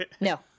No